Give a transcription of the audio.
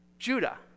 Judah